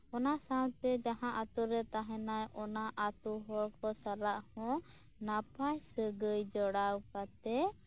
ᱚᱱᱟ ᱥᱟᱶᱛᱮ ᱡᱟᱦᱟᱸ ᱟᱛᱳᱨᱮ ᱛᱟᱦᱮᱱᱟᱭ ᱚᱱᱟ ᱟᱛᱳ ᱦᱚᱲᱠᱚ ᱥᱟᱞᱟᱜ ᱦᱚᱸ ᱱᱟᱯᱟᱭ ᱥᱟᱹᱜᱟᱹᱭ ᱡᱚᱲᱟᱣ ᱠᱟᱛᱮᱫ